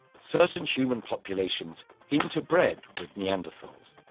certain human populations interbred with neanderthals,